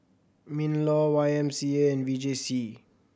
MinLaw Y M C A and V J C